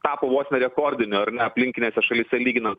tapo vos ne rekordiniu ar ne aplinkinėse šalyse lyginant